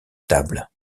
table